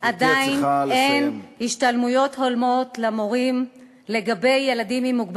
ומשיבים כי אין אדם מקבל תנחומים על החי,